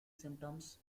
symptoms